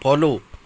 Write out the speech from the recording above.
follow